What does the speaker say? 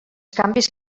canvis